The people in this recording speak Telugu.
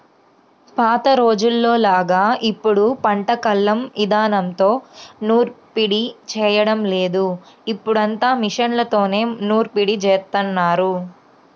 పాత రోజుల్లోలాగా ఇప్పుడు పంట కల్లం ఇదానంలో నూర్పిడి చేయడం లేదు, ఇప్పుడంతా మిషన్లతోనే నూర్పిడి జేత్తన్నారు